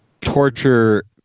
torture